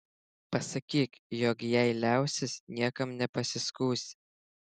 pasakyk jog jei liausis niekam nepasiskųsi